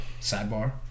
Sidebar